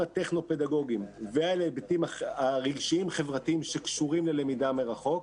הטכנו-פדגוגיים ועל ההיבטים הרגשיים-חברתיים שקשורים ללמידה מרחוק,